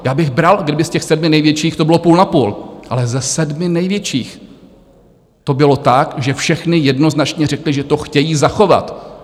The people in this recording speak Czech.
Já bych bral, kdyby z těch sedmi největších to bylo půl na půl, ale ze sedmi největších to bylo tak, že všechny jednoznačně řekly, že to chtějí zachovat.